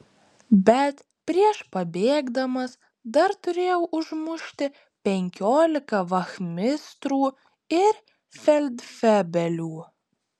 bet prieš pabėgdamas dar turėjau užmušti penkiolika vachmistrų ir feldfebelių